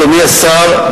אדוני השר,